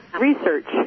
research